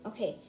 Okay